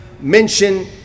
mention